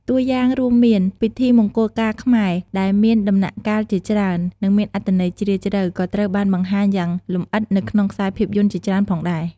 តួយ៉ាងរួមមាន ពិធីមង្គលការខ្មែរដែលមានដំណាក់កាលជាច្រើន និងមានអត្ថន័យជ្រាលជ្រៅ ក៏ត្រូវបានបង្ហាញយ៉ាងលម្អិតនៅក្នុងខ្សែភាពយន្តជាច្រើនផងដែរ។